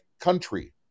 country